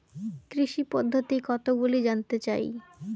কৃষি পদ্ধতি কতগুলি জানতে চাই?